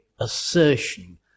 assertion